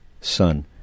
son